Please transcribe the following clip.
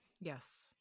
Yes